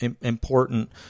important